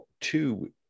two